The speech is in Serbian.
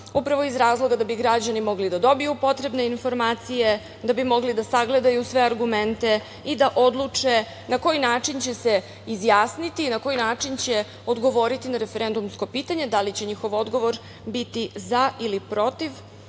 upravo iz razloga da bi građani mogli da dobiju potrebne informacije, da bi mogli da sagledaju sve argumente i da odluče na koji način će se izjasniti, na koji način će odgovoriti na referendumsko pitanje, da li će njihov odgovor biti za ili protiv